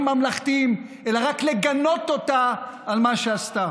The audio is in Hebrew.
ממלכתיים אלא רק לגנות אותה על מה שעשתה.